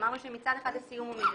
אמרנו שמצד אחד הסיום הוא מידי,